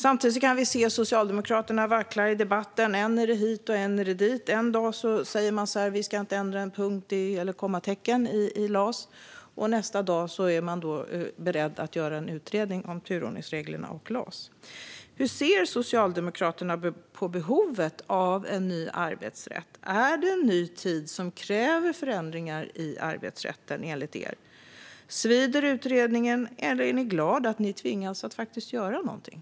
Samtidigt kan vi se Socialdemokraterna vackla i debatten - än är det hit och än är det dit. En dag säger man att man inte ska ändra en punkt eller ett kommatecken i LAS, och nästa dag är man beredd att göra en utredning om turordningsreglerna och LAS. Hur ser Socialdemokraterna på behovet av en ny arbetsrätt? Är det en ny tid som kräver förändringar i arbetsrätten, enligt er? Svider utredningen, eller är ni glada att ni tvingas att faktiskt göra någonting?